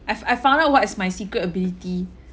I've I've found out what is my secret ability